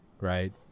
right